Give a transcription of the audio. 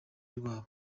rwabo